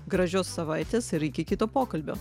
gražios savaitės ir iki kito pokalbio